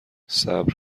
صبر